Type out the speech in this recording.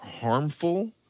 harmful